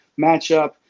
matchup